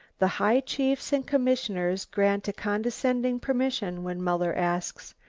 the high chiefs and commissioners grant a condescending permission when muller asks,